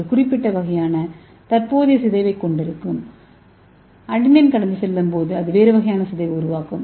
ஒரு குறிப்பிட்ட வகையான தற்போதைய சிதைவைக் கொண்டிருங்கள் அடினீன் கடந்து செல்லும் போது அது வேறு வகையான சிதைவு உருவாக்கும்